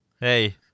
Hey